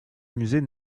musées